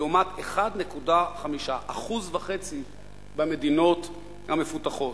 לעומת 1.5% במדינות המפותחות.